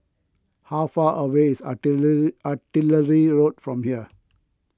how far away is Artillery Artillery Road from here